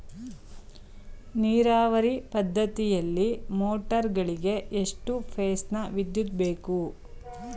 ನೀರಾವರಿ ಪದ್ಧತಿಯಲ್ಲಿ ಮೋಟಾರ್ ಗಳಿಗೆ ಎಷ್ಟು ಫೇಸ್ ನ ವಿದ್ಯುತ್ ಬೇಕು?